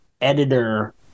editor